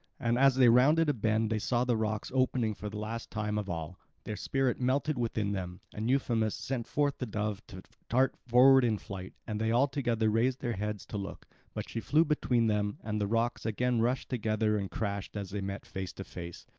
and as they rounded a bend they saw the rocks opening for the last time of all. their spirit melted within them and euphemus sent forth the dove to dart forward in flight and they all together raised their heads to look but she flew between them, and the rocks again rushed together and crashed as they met face to face.